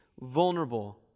vulnerable